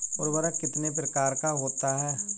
उर्वरक कितने प्रकार का होता है?